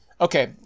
Okay